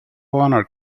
honor